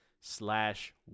slash